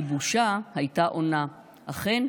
/ כי בושה הייתה עונה: 'אכן,